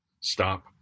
stop